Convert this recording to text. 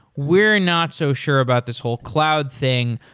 we're not so sure about this whole cloud thing.